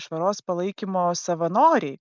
švaros palaikymo savanoriai